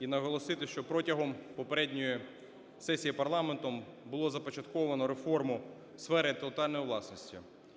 і наголосити, що протягом попередньої сесії парламенту було започатковано реформу сфери інтелектуальної власності.